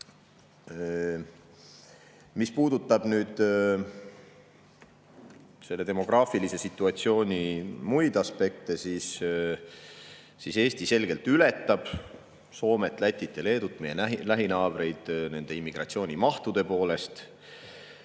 Mis puudutab demograafilise situatsiooni muid aspekte, siis Eesti selgelt ületab Soomet, Lätit ja Leedut, meie lähinaabreid, immigratsioonimahtude poolest.